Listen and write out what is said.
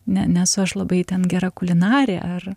ne nesu aš labai ten gera kulinarė ar